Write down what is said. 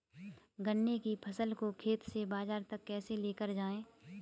गन्ने की फसल को खेत से बाजार तक कैसे लेकर जाएँ?